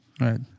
Right